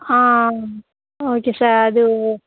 ஆ okay sir அது